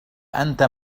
أنت